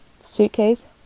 suitcase